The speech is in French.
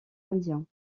indiens